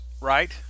right